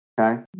Okay